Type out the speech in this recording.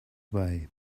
way